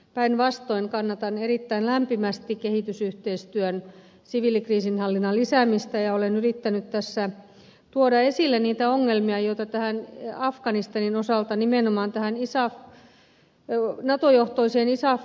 päinvastoin kannatan erittäin lämpimästi kehitysyhteistyön siviilikriisinhallinnan lisäämistä ja olen yrittänyt tässä tuoda esille niitä ongelmia joita afganistanin osalta nimenomaan tähän nato johtoiseen isaf operaatioon kuuluu